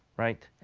right?